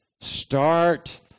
Start